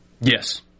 Yes